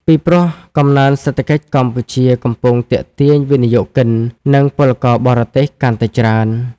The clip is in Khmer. ពីព្រោះ កំណើនសេដ្ឋកិច្ចកម្ពុជាកំពុងទាក់ទាញវិនិយោគិន និងពលករបរទេសកាន់តែច្រើន។